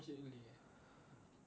ya